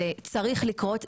זה צריך לקרות,